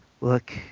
Look